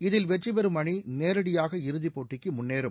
இதில் வெற்றிபெறும் அணி நேரடியாக இறுதிப்போட்டிக்கு முன்னேறும்